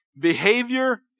behavior